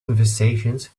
conversations